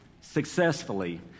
successfully